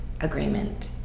agreement